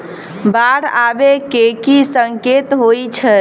बाढ़ आबै केँ की संकेत होइ छै?